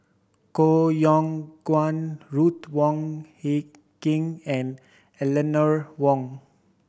Koh Yong Guan Ruth Wong Hie King and Eleanor Wong